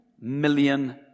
million